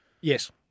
Yes